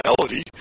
reality